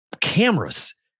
cameras